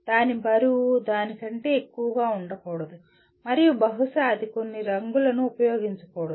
దాని బరువు దాని కంటే ఎక్కువగా ఉండకూడదు మరియు బహుశా అది కొన్ని రంగులను ఉపయోగించకూడదు